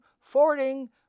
Forwarding